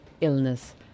illness